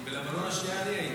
כי במלחמת לבנון השנייה אני הייתי,